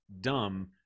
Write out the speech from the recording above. dumb –